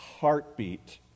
heartbeat